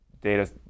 data